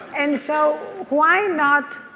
and so why not